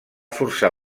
forçar